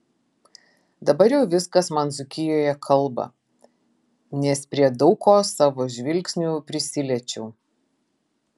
dabar jau viskas man dzūkijoje kalba nes prie daug ko savo žvilgsniu prisiliečiau